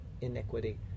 iniquity